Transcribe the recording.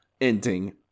ending